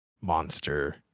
Monster